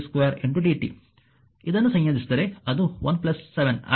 ಇದನ್ನು ಸಂಯೋಜಿಸಿದರೆ ಅದು 1 7 ಆಗಿರುತ್ತದೆ